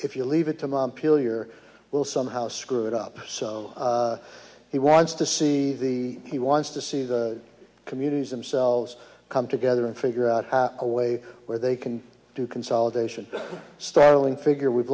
if you leave it to montpelier will somehow screw it up so he wants to see the he wants to see the communities themselves come together and figure out a way where they can do consolidation starling figure we've